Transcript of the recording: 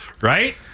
right